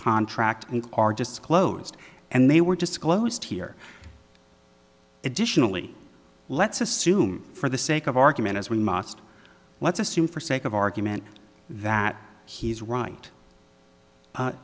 contract are disclosed and they were disclosed here additionally let's assume for the sake of argument as we must let's assume for sake of argument that he's right